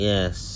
Yes